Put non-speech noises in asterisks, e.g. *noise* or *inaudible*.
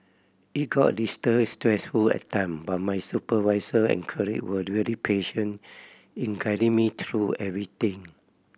it got a *unintelligible* stressful at time but my supervisor and colleague were really patient in guiding me through everything